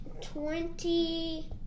twenty